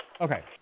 Okay